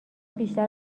بیشتر